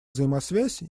взаимосвязь